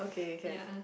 yeah